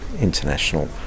international